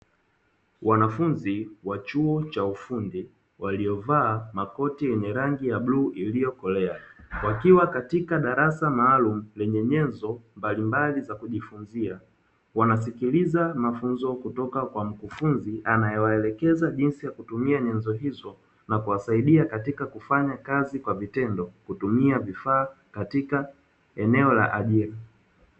Wanafunzi wa chuo cha ufundi waliovaa makoti yenye rangi ya bluu iliyokolea, wakiwa katika darasa maalumu lenye nyenzo mbalimbali za kujifunzia wanasikiliza mafunzo kutoka kwa mkufunzi anaewaelekeza jinsi ya kutumia nyenzo hizo na kuwasaidia katika kufanya kazi kwa vitendo kutumia vifaa katika eneo la ajira.